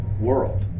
world